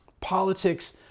Politics